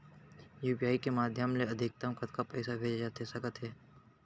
UPI के माधयम ले अधिकतम कतका पइसा भेजे जाथे सकत हे?